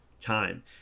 time